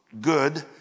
good